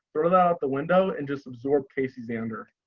throw it out the window and just absorb casey zander.